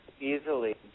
easily